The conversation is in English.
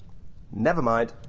never mind,